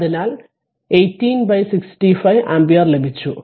അതിനാൽ 18 65 ആമ്പിയർ ലഭിച്ചു